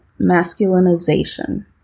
masculinization